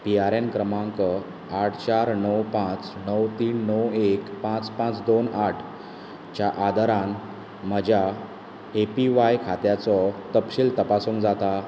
P R N क्रमांक आठ चार णव पांच णव तीन णव एक पांच पांच दोन आठ च्या आदारान म्हज्या ए पी व्हाय खात्याचो तपशील तपासूंक जाता